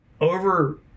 over